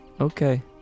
Okay